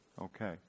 Okay